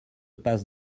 passe